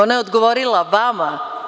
Ona je odgovorila vama.